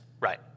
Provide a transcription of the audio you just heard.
Right